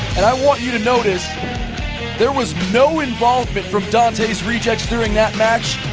and i want you to notice there was no involvement from dantes rejects during that match.